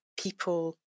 people